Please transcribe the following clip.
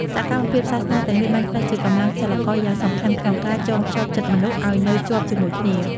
សកម្មភាពសាសនាទាំងនេះ បានក្លាយជាកម្លាំងចលករយ៉ាងសំខាន់ក្នុងការចងភ្ជាប់ចិត្តមនុស្សឱ្យនៅជាប់ជាមួយគ្នា។